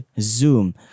Zoom